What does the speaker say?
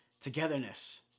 togetherness